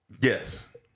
Yes